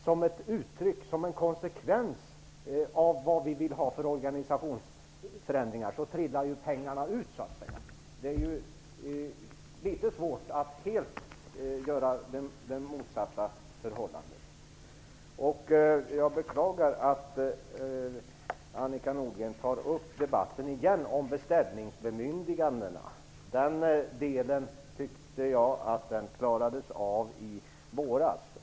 Som ett uttryck för och en konsekvens av vad vi vill ha för organisationsförändringar trillar ju pengarna ut så att säga. Det är litet svårt att helt göra motsatsen. Jag beklagar att Annika Nordgren tar upp debatten om beställningsbemyndigandena igen. Jag tycker att den delen klarades av i våras.